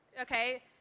okay